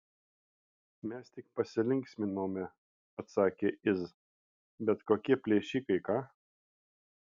mes tik pasilinksminome atsakė iz bet kokie plėšikai ką